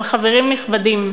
אבל, חברים נכבדים,